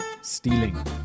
Stealing